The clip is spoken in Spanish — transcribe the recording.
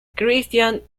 christian